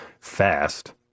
fast